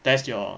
test your